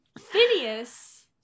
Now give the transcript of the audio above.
Phineas